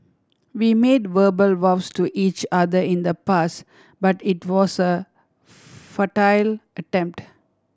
we made verbal vows to each other in the past but it was a futile attempt